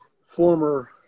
former